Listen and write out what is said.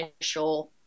initial